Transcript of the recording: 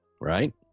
right